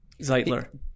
Zeitler